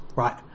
right